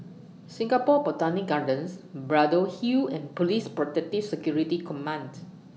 Singapore Botanic Gardens Braddell Hill and Police Protective Security Command